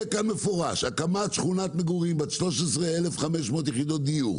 כאן במפורש: הקמת שכונת מגורים בת 13,500 יחידות דיור'.